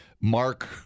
Mark